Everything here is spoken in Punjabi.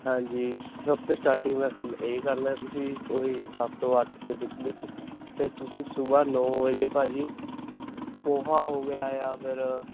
ਹਾਂਜੀ ਸਭ ਤੋਂ ਸਟਾਟਿੰਗ ਦਾ ਕੰਮ ਇਹ ਕਰਨਾ ਤੁਸੀਂ ਉਹ ਹੀ ਸੱਤ ਤੋਂ ਅੱਠ ਦੇ ਵਿੱਚ ਵਿੱਚ ਫਿਰ ਤੁਸੀਂ ਸੁਬਹਾ ਨੌਂ ਵਜੇ ਭਾਜੀ ਪੋਹਾ ਹੋ ਗਿਆ ਜਾਂ ਫਿਰ